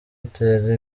utera